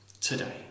today